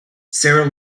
sara